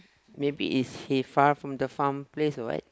maybe is he far from the farm place or what